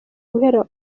guhera